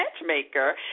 Matchmaker